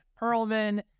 Perlman